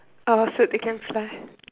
uh so enough right